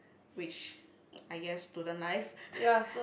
which I guess student life